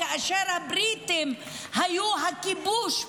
כאשר הבריטים היו הכיבוש פה?